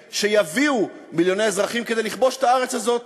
שיביאו מיליוני אזרחים כדי לכבוש את הארץ הזאת,